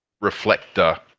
reflector